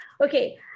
Okay